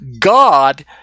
God